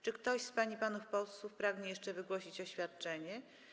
Czy ktoś z pań i panów posłów pragnie jeszcze wygłosić oświadczenie?